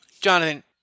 Jonathan